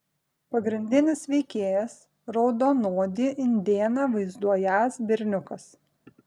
pagrindinis veikėjas raudonodį indėną vaizduojąs berniukas